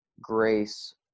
grace